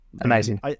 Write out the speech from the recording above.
Amazing